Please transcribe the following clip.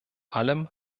allem